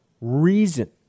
reason